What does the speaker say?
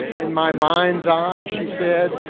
in my mind's eye, she said,